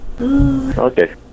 Okay